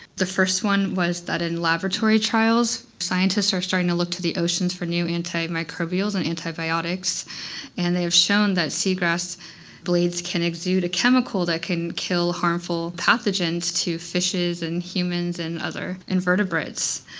the first one was that in laboratory trials scientists are starting to look to the oceans for new antimicrobials and antibiotics and they've shown that seagrass blades can exude a chemical that can kill harmful pathogens to fishes and humans and other invertebrates.